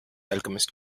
alchemist